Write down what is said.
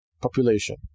population